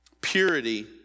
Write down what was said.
purity